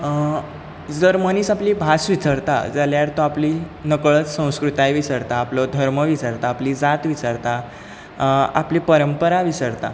जर मनीस आपली भास विसरता जाल्यार तो आपली नकळत संस्कृताय विसरता आपलो धर्म विसरता आपली जात विसरता आपली परंपरा विसरता